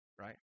right